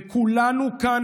וכולנו כאן,